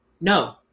no